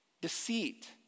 deceit